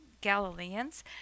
Galileans